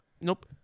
Nope